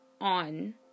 on